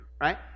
right